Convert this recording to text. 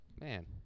Man